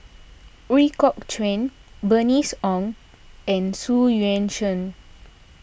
Ooi Kok Chuen Bernice Ong and Xu Yuan Zhen